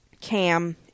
Cam